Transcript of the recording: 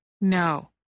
no